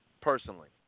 personally